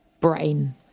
brain